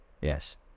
Yes